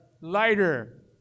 lighter